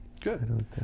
Good